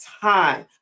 time